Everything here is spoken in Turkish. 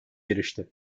yarıştı